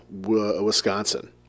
Wisconsin